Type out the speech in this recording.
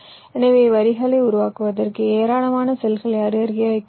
எனவே வரிசைகளை உருவாக்குவதற்கு ஏராளமான செல்களை அருகருகே வைக்கலாம்